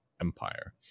empire